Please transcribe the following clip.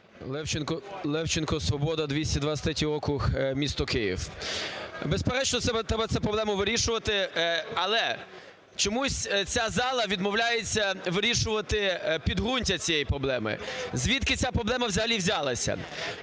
Левченко, "Свобода", 223 округ, місто Київ. Безперечно, треба цю проблему вирішувати, але чомусь ця зала відмовляється вирішувати підґрунтя цієї проблеми. Звідки ця проблема взагалі взялася?